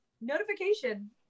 notification